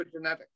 epigenetics